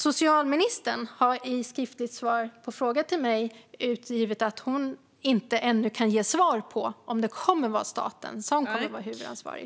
Socialministern har i ett skriftligt svar på en fråga från mig angett att hon ännu inte kan ge svar på om det kommer att vara staten som kommer att vara huvudansvarig.